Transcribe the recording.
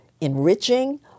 enriching